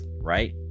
right